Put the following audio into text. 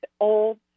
old